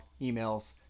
emails